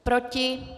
Proti?